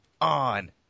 on